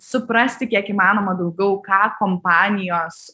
suprasti kiek įmanoma daugiau ką kompanijos